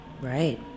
right